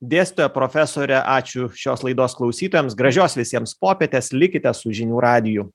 dėstytoja profesorė ačiū šios laidos klausytojams gražios visiems popietės likite su žinių radiju